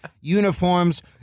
uniforms